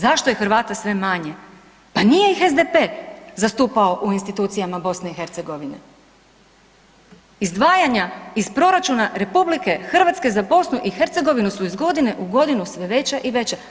Zašto je Hrvata sve manje, pa nije ih SDP zastupao u institucijama BiH. izdvajanja iz proračuna RH za BiH su iz godine u godinu sve veća i veća.